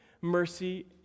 mercy